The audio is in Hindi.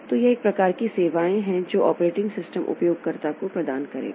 तो यह एक प्रकार की सेवाएं हैं जो ऑपरेटिंग सिस्टम उपयोगकर्ता को प्रदान करेगा